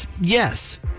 Yes